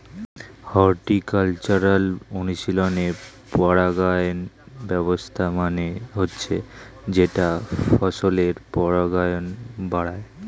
horticultural অনুশীলনে পরাগায়ন ব্যবস্থা মানে হচ্ছে যেটা ফসলের পরাগায়ন বাড়ায়